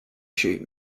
shoot